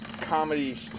comedy